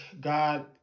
God